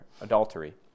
adultery